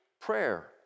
prayer